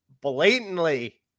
blatantly